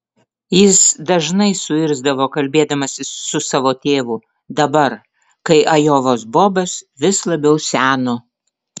jis dažnai suirzdavo kalbėdamasis su savo tėvu dabar kai ajovos bobas vis labiau seno